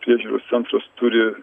priežiūros centras turi